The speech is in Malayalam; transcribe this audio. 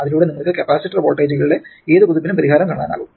അതിലൂടെ നിങ്ങൾക്ക് കപ്പാസിറ്റർ വോൾട്ടേജുകളിലെ ഏത് കുതിപ്പിനും പരിഹാരം കാണാനാകും